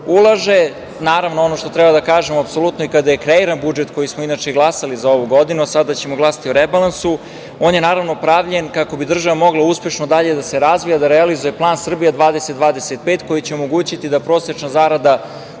ulaže. Naravno, ono što treba da kažemo, apsolutno i kada je kreiran budžet koji smo inače glasali za ovu godinu, a sada ćemo glasati o rebalansu, on je naravno pravljen kako bi država mogla uspešno dalje da se razvija, da realizuje Plan Srbija 2025 koji će omogućiti da prosečna zarada